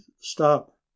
stop